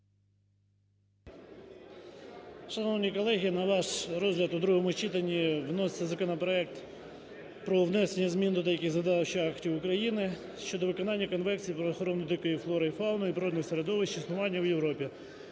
Шановні колеги, на ваш розгляд у другому читанні вноситься законопроект про внесення змін до деяких законодавчих актів України (щодо виконання Конвенції про охорону дикої флори і фауни та природних середовищ існування в Європі)